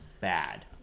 bad